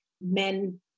men